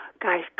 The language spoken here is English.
guys